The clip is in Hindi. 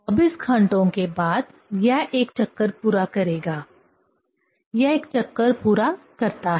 24 घंटों के बाद यह एक चक्कर पूरा करेगा यह एक चक्कर पूरा करता है